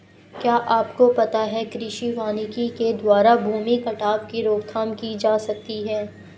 क्या आपको पता है कृषि वानिकी के द्वारा भूमि कटाव की रोकथाम की जा सकती है?